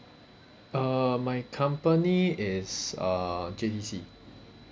err my company is uh J_D_C